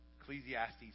Ecclesiastes